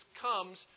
comes